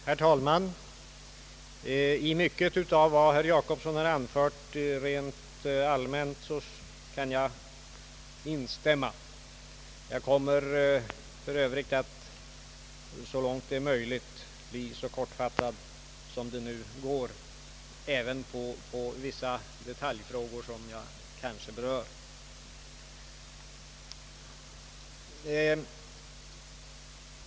Herr talman! Jag kan instämma i mycket av vad herr Jacobsson rent allmänt anfört. Jag kommer för övrigt att så långt det är möjligt fatta mig kort även beträffande vissa detaljfrågor som jag ämnar beröra.